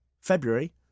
February